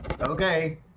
Okay